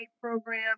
program